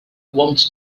wants